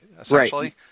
essentially